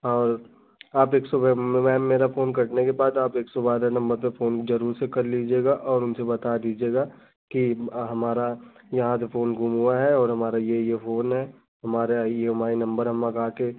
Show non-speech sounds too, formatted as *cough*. और आप एक सो *unintelligible* मेरा फोन कटने के बाद आप एक सौ बारह नंबर पर फोन ज़रूर से कर लिजीएगा और उनसे बता दीजिएगा की हमारा यहाँ से फोन गुम हुआ है और हमारा यह यह फोन है हमारा यह एम आइ नंबर हम लगाकर